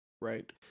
Right